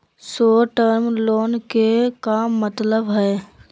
Short term loan के का मतलब हई?